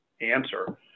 answer